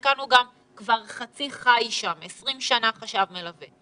מקרים שהוא כבר חצי חי שם וכבר 20 שנים הוא חשב מלווה.